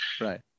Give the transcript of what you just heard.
Right